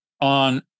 on